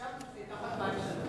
חשבנו שזה ייקח אלפיים שנה.